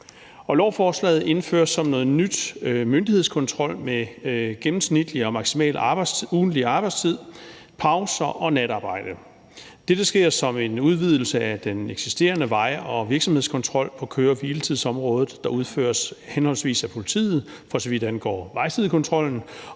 Lovforslaget indfører som noget nyt en myndighedskontrol med den gennemsnitlige og maksimale ugentlige arbejdstid, pauser og natarbejde. Dette sker som en udvidelse af den eksisterende vej- og virksomhedskontrol på køre-hvile-tids-området, der udføres henholdsvis af politiet, for så vidt angår vejsidekontrollen,